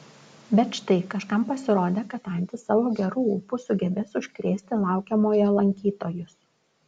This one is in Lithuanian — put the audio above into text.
bet štai kažkam pasirodė kad antys savo geru ūpu sugebės užkrėsti laukiamojo lankytojus